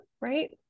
right